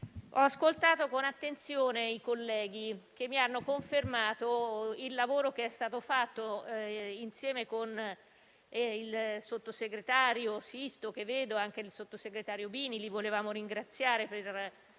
ho ascoltato con attenzione i colleghi, che hanno confermato il lavoro che è stato fatto, insieme al sottosegretario Sisto, che vedo, e al sottosegretario Bini. Li vogliamo ringraziare per il